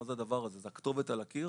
זאת הכתובת על הקיר